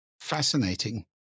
Fascinating